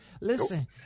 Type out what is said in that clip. Listen